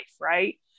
right